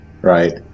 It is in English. right